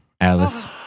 Alice